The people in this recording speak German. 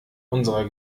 unserer